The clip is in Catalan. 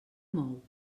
mou